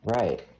Right